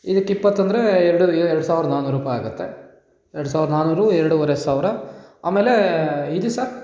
ಇದಕ್ಕೆ ಇಪ್ಪತ್ತು ಅಂದರೆ ಎರಡು ಎರಡು ಸಾವಿರದ ನಾನ್ನೂರು ರೂಪಾಯಿ ಆಗುತ್ತೆ ಎರಡು ಸಾವಿರದ ನಾನ್ನೂರು ಎರಡು ವರೆ ಸಾವಿರ ಆಮೇಲೆ ಇದು ಸರ್